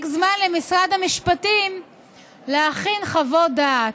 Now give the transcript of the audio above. זמן למשרד המשפטים להכין חוות דעת.